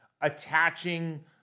attaching